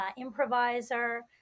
improviser